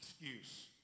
excuse